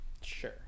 sure